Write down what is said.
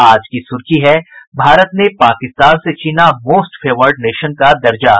आज की सुर्खी है भारत ने पाकिस्तान से छिना मोस्ट फेवर्ड नेशन का दर्जा